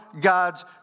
God's